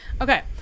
Okay